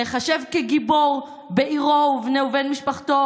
להיחשב לגיבור בעירו ואצל בני משפחתו